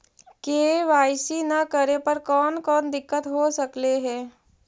KYC न करे पर कौन कौन दिक्कत हो सकले हे?